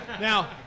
Now